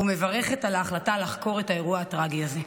ומברכת על ההחלטה לחקור את האירוע הטרגי הזה.